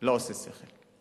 לא עושה שכל.